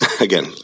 again